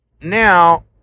Now